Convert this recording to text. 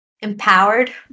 Empowered